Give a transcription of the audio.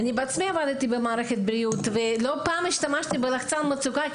אני בעצמי עבדתי במערכת הבריאות ולא פעם השתמשתי בלחצן מצוקה,